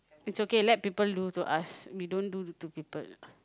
it's okay let's people do to us we don't do to people